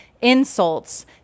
insults